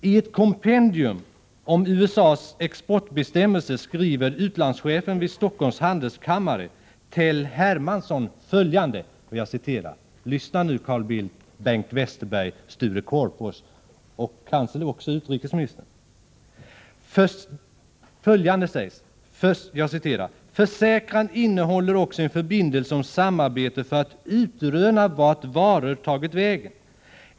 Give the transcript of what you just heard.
I ett kompendium om USA:s exportbestämmelser skriver utlandschefen vid Stockholms handelskammare Tell Hermanson följande. Lyssna nu, Carl Bildt, Bengt Westerberg, Sture Korpås och kanske även utrikesministern! ”Försäkran innehåller också en förbindelse om samarbete för att utröna vart varor tagit vägen.